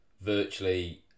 virtually